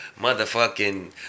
motherfucking